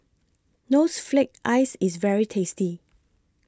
knows flake Ice IS very tasty